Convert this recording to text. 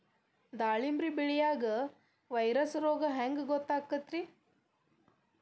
ದಾಳಿಂಬಿ ಬೆಳಿಯಾಗ ವೈರಸ್ ರೋಗ ಹ್ಯಾಂಗ ಗೊತ್ತಾಕ್ಕತ್ರೇ?